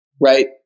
right